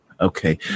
Okay